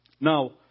Now